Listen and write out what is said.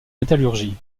métallurgie